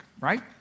right